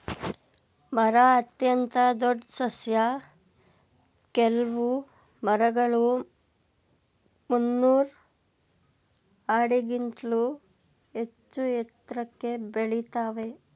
ಮರ ಅತ್ಯಂತ ದೊಡ್ ಸಸ್ಯ ಕೆಲ್ವು ಮರಗಳು ಮುನ್ನೂರ್ ಆಡಿಗಿಂತ್ಲೂ ಹೆಚ್ಚೂ ಎತ್ರಕ್ಕೆ ಬೆಳಿತಾವೇ